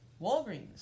Walgreens